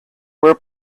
were